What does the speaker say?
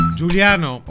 Giuliano